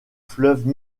fleuve